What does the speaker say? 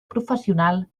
professional